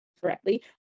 correctly